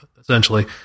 essentially